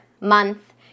month